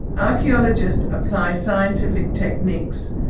archaeologists apply scientific techniques,